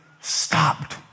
stopped